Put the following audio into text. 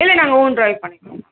இல்லை நாங்கள் own drive பண்ணிக்கிறோம்